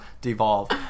devolve